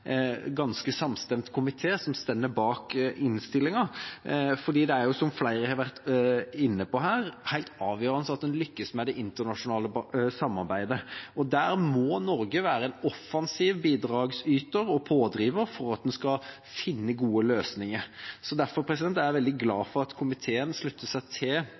ganske samstemt komité som står bak innstillinga. For det er jo, som flere har vært inne på, helt avgjørende at en lykkes med det internasjonale samarbeidet, og der må Norge være en offensiv bidragsyter og pådriver for at en skal finne gode løsninger. Derfor er jeg veldig glad for at komiteen slutter seg til